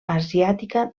asiàtica